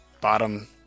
bottom